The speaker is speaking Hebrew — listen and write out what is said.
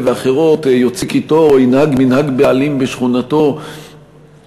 ואחרות יוציא קיטור או ינהג מנהג בעלים בשכונתו וירגום